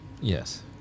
Yes